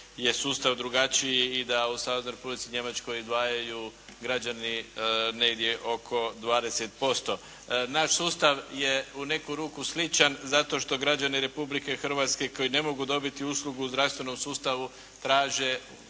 je sustav drugačiji i da u Saveznoj Republici Njemačkoj odvajaju građani negdje oko 20%. Naš sustav je u neku ruku sličan zato što građani Republike Hrvatske koji ne mogu dobiti uslugu u zdravstvenom sustavu traže,